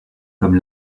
comme